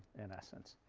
in essence.